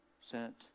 sent